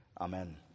Amen